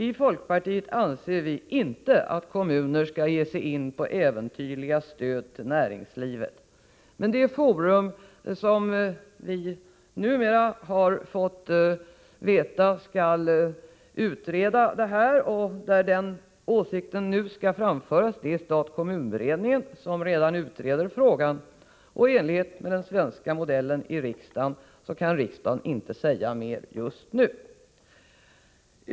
I folkpartiet anser vi inte att kommuner skall ge sig in på äventyrliga stöd till näringslivet, men det forum som vi numera har fått veta skall utreda detta och där denna åsikt nu skall framföras är stat-kommunberedningen, som redan utreder frågan. I enlighet med den svenska modellen i riksdagen kan riksdagen inte säga mer just nu.